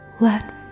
let